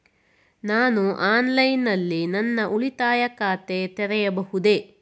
ನಾನು ಆನ್ಲೈನ್ ನಲ್ಲಿ ನನ್ನ ಉಳಿತಾಯ ಖಾತೆ ತೆರೆಯಬಹುದೇ?